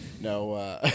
no